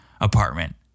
apartment